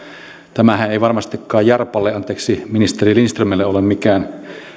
tämähän ei varmastikaan jarpalle anteeksi ministeri lindströmille ole mikään